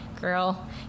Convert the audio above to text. girl